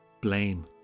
blame